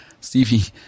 Stevie